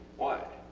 why?